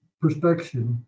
perspective